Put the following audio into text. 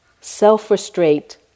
self-restraint